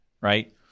right